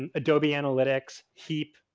and adobe analytics, heap.